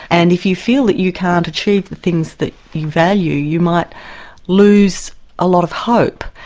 and if you feel that you can't achieve the things that you value, you might lose a lot of hope.